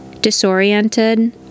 Disoriented